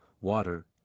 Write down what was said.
water